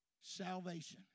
salvation